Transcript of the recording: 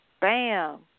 bam